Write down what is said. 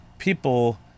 people